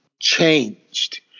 changed